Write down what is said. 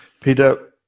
Peter